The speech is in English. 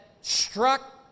struck